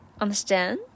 understand